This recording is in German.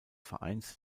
vereins